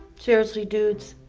seriously dudes?